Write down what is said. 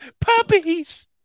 Puppies